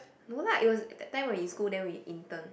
no la it was that time when in school then we intern